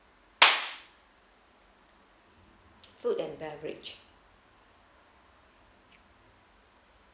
food and beverage